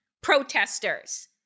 protesters